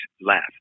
laugh